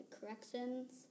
corrections